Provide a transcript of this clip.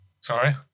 Sorry